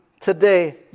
today